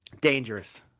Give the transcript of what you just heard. Dangerous